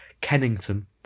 Kennington